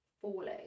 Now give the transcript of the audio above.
falling